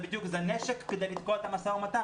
זה נשק כדי לתקוע את המשא-ומתן,